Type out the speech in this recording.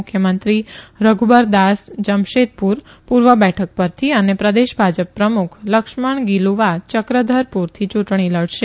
મુખ્યમંત્રી રધુબરદાસ જમશેદપુર પુર્વ બેઠક પરથી અને પ્રદેશ ભાજપ પ્રમુખ લક્ષ્મણ ગીલુવા ચક્રધરપુરથી યુંટણી લડશે